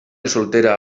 soltera